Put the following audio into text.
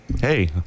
Hey